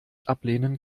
ablehnen